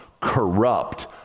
corrupt